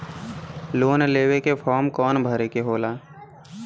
Loan लेवे के form कौन भरे के होला?